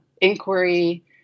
inquiry